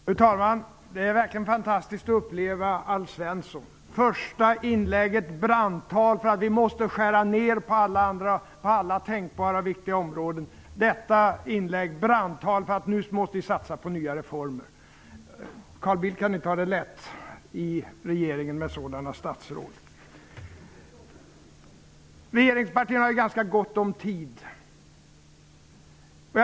Fru talman! Det är verkligen fantastiskt att uppleva Alf Svensson. Hans första inlägg var ett brandtal för att vi måste skära ned på alla tänkbara och viktiga områden. Hans andra inlägg var ett brandtal för att vi nu måste statsa på nya reformer. Carl Bildt kan inte ha det lätt i regeringen med sådana statsråd. Regeringspartierna har ganska gott om tid i debatten.